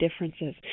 differences